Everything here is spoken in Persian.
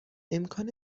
امکان